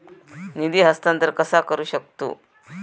निधी हस्तांतर कसा करू शकतू?